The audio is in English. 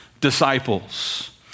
disciples